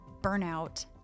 burnout